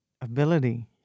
Ability